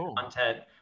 content